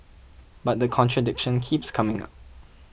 but the contradiction keeps coming up